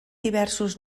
diversos